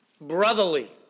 brotherly